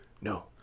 No